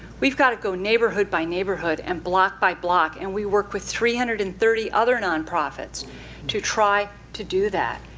we've got to go neighborhood by neighborhood and block by block. and we work with three hundred and thirty other non-profits to try to do that,